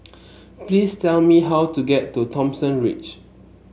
please tell me how to get to Thomson Ridge